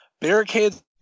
Barricades